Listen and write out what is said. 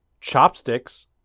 Chopsticks